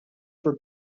were